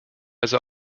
also